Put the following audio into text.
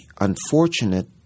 unfortunate